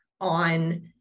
on